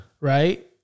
Right